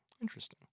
Interesting